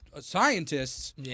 Scientists